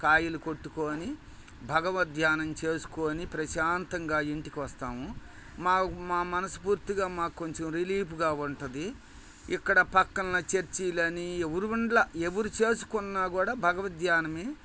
కాయలు కొట్టుకొని భగవత్ ధ్యానం చేసుకొని ప్రశాంతంగా ఇంటికి వస్తాము మాకు మా మనస్ఫూర్తిగా మాకు కొంచెం రిలీఫ్గా ఉంటుంది ఇక్కడ పక్కన చర్చీలు అని ఎవరు ఉండలేదు ఎవరు చేసుకున్నా కూడా భగవత్ ధ్యానమే